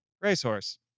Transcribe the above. racehorse